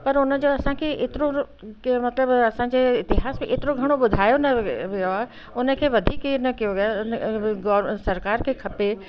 पर हुन जो असांखे हेतिरो त केरु मतिलबु असांजे इतिहास में हेतिरो घणो ॿुधायो न वियो आहे हुन खे वधीक केर न कयो आहे सरकार खे खपे